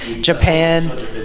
Japan